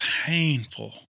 painful